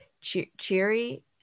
cheery